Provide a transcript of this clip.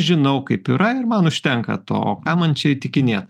žinau kaip yra ir man užtenka to ką man čia įtikinėt